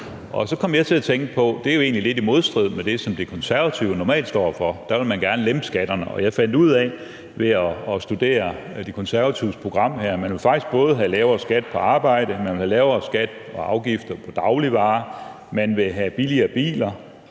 Så kom jeg til at tænke på, at det jo egentlig er lidt i modstrid med det, som De Konservative normalt står for, nemlig at man gerne vil lempe skatterne. Jeg fandt ud af ved at studere De Konservatives program, at man faktisk vil have lavere skat på arbejde, at man vil have lavere skat og afgifter på dagligvarer, at man vil have billigere biler